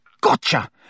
Gotcha